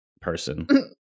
person